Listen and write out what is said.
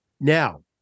Now